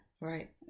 Right